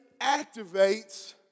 activates